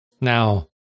Now